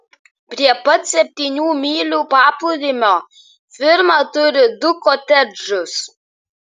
prie pat septynių mylių paplūdimio firma turi du kotedžus